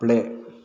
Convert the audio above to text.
play